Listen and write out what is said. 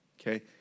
Okay